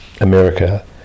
America